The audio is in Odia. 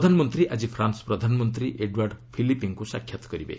ପ୍ରଧାନମନ୍ତ୍ରୀ ଆଜି ଫ୍ରାନ୍ସ ପ୍ରଧାନମନ୍ତ୍ରୀ ଏଡ୍ୱାର୍ଡ଼ ଫିଲିପିଙ୍କୁ ସାକ୍ଷାତ କରିବେ